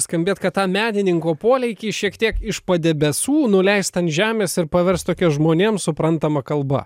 skambėt kad tą menininko polėkį šiek tiek iš padebesų nuleist ant žemės paverst tokia žmonėm suprantama kalba